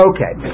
Okay